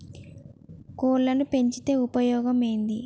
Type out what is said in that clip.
కోళ్లని పెంచితే ఉపయోగం ఏంది?